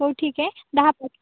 हो ठीक आहे दहा